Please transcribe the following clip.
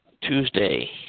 Tuesday